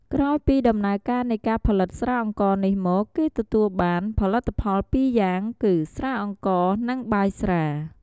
ក្រោយពីដំណើរការនៃការផលិតស្រាអង្ករនេះមកគេទទួលបាន ផលិតផល២យ៉ាងគឹ ស្រាអង្ករ នឹងបាយស្រា។